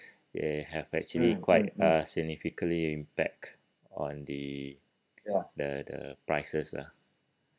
they have actually quite uh significantly impact on the the the prices lah